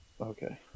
Okay